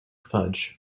fudge